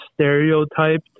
stereotyped